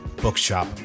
bookshop